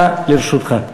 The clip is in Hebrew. דקה לרשותך.